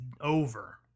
over